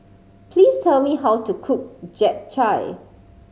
please tell me how to cook Japchae